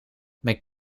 mijn